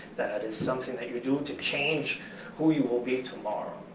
that is something that you're doing to change who you will be tomorrow,